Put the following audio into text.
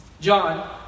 John